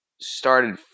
started